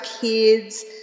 kids